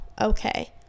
okay